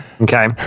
Okay